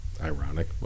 ironic